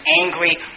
angry